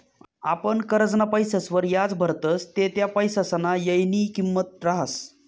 आपण करजंना पैसासवर याज भरतस ते त्या पैसासना येयनी किंमत रहास